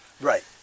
Right